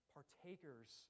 Partakers